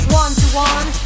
one-to-one